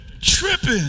tripping